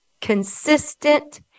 consistent